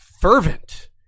fervent